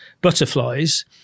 butterflies